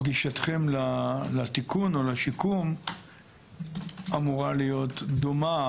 גישתכם לתיקון או לשיקום אמורה להיות דומה